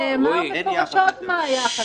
נאמר מפורשות מה היחס.